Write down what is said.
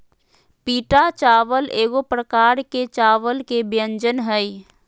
पीटा चावल एगो प्रकार के चावल के व्यंजन हइ